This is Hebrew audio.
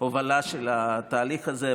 ההובלה של התהליך הזה.